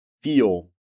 feel